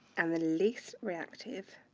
and the least reactive